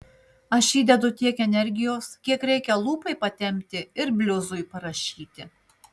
aš įdedu tiek energijos kiek reikia lūpai patempti ir bliuzui parašyti